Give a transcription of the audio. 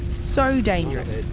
so dangerous,